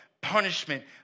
punishment